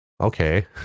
okay